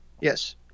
yes